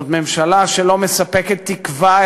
זאת ממשלה שלא מספקת תקווה,